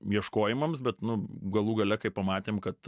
ieškojimams bet nu galų gale kai pamatėm kad